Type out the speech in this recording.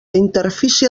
interfície